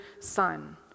son